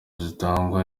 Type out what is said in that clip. zitangwa